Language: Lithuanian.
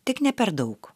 tik ne per daug